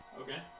Okay